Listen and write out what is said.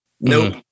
Nope